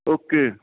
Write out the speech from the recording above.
okay